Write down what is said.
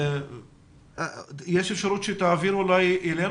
יש אפשרות שתעבירו אלינו,